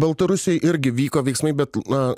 baltarusiujoj irgi vyko veiksmai bet na